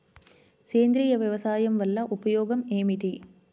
సేంద్రీయ వ్యవసాయం వల్ల ఉపయోగం ఏమిటి?